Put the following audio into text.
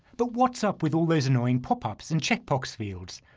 but what's up with all these annoying pop-ups and checkbox fields?